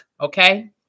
Okay